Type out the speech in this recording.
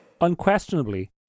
Unquestionably